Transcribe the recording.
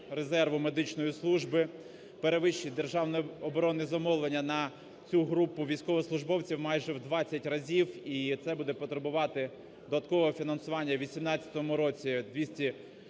резерву медичної служби перевищить державне оборонне замовлення на цю групу військовослужбовців майже в 20 разів, і це буде потребувати додаткового фінансування в 2018 році